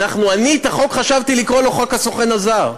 אני חשבתי לקרוא לחוק חוק הסוכן הזר,